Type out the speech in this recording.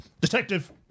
Detective